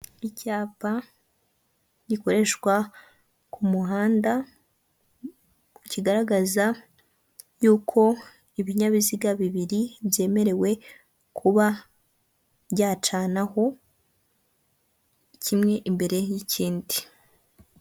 Icyapa gikoreshwa ku muhanda, kigaragaza yuko ibinyabiziga bibiri byemerewe kuba byacanaho, kimwe imbere y'ikindi.